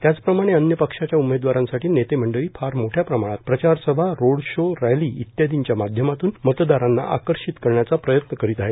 त्याचप्रमाणे अन्य पक्षाच्या उमेदवारांसाठी नेते मंडळी मोठया प्रमाणात प्रचारसभा रोडशो रैली इत्यादींच्या माध्यमातून मतदारांना आकर्षित करण्याचा प्रयत्न करत आहे